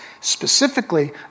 specifically